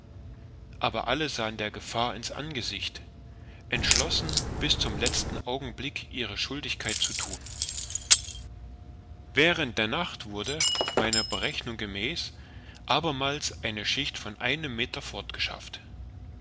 aber alle sahen der gefahr in's angesicht entschlossen bis zum letzten augenblick ihre schuldigkeit zu thun während der nacht wurde meiner berechnung gemäß abermals eine schicht von einem meter